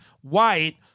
White